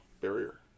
barrier